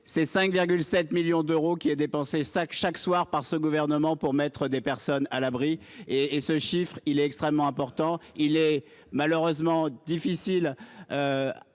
c'est 5,7 millions d'euros qui est dépensé sacs chaque soir par ce gouvernement pour mettre des personnes à l'abri et et ce chiffre, il est extrêmement important. Il est malheureusement difficile.